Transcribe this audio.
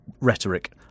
rhetoric